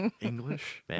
English